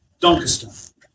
Doncaster